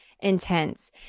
intense